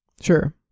Sure